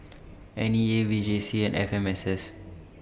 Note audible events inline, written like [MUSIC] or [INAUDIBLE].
[NOISE] N E A V J C and F M S S